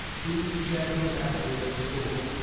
he was the champion athlete at school.